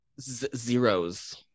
zeros